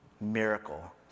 miracle